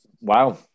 Wow